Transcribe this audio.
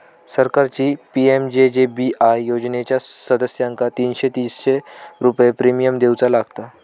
सरकारची पी.एम.जे.जे.बी.आय योजनेच्या सदस्यांका तीनशे तीनशे रुपये प्रिमियम देऊचा लागात